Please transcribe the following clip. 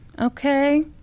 okay